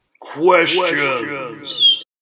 Questions